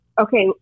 okay